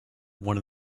one